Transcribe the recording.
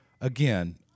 again